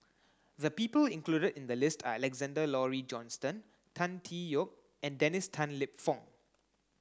the people included in the list are Alexander Laurie Johnston Tan Tee Yoke and Dennis Tan Lip Fong